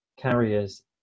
carriers